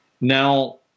Now